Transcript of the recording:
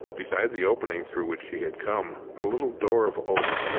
beside the opening through which she had come, a little door of oak,